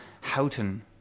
Houghton